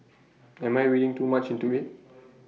am I reading too much into IT